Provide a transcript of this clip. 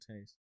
taste